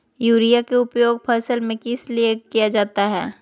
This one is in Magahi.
युरिया के उपयोग फसल में किस लिए किया जाता है?